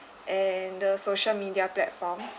and the social media platforms